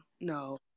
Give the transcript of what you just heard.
no